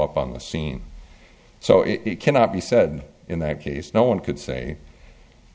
up on the scene so it cannot be said in that case no one could say